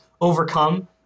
overcome